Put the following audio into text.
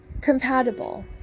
compatible